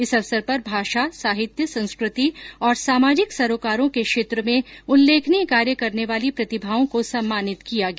इस अवसर पर भाषा साहित्य संस्कृति और सामाजिक सरोकारों के क्षेत्र में उल्लेखनीय कार्य करने वाली प्रतिभाओं को सम्मानित किया गया